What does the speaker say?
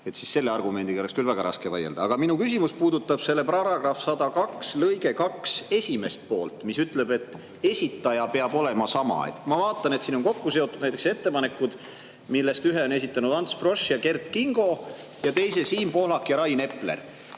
kohta. Selle argumendi vastu oleks küll väga raske vaielda. Aga minu küsimus puudutab § 102 lõike 2 esimest poolt, mis ütleb, et esitaja peab olema sama. Ma vaatan, et siin on kokku seotud näiteks ettepanekud, millest ühe on esitanud Ants Frosch ja Kert Kingo ja teise Siim Pohlak ja Rain Epler.